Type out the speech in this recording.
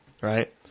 Right